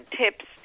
tips